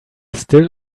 still